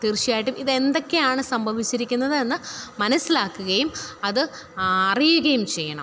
തീർച്ചയായിട്ടും ഇത് എന്തൊക്കെയാണ് സംഭവിച്ചിരിക്കുന്നതെന്ന് മനസ്സിലാക്കുകയും അത് ആ അറിയുകയും ചെയ്യണം